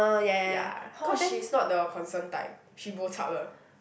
ya cause she's not the concerned type she bo chap